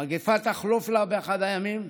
המגפה תחלוף לה באחד הימים,